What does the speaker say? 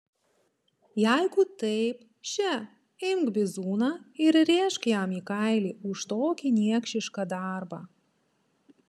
jeigu taip še imk bizūną ir rėžk jam į kailį už tokį niekšišką darbą